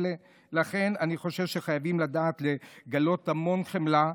לכן, אני חושב שחייבים לדעת לגלות המון חמלה.